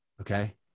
Okay